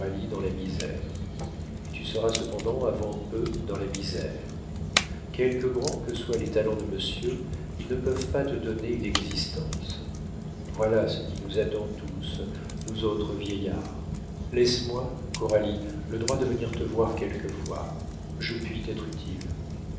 dans la misère et tu seras cependant avant peu dans la misère quelque grands que soient les talents de monsieur ils ne peuvent pas te donner une existence voilà ce qui nous attend tous nous autres vieillards laisse-moi coralie le droit de venir te voir quelquefois je puis t'être utile